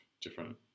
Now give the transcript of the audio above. different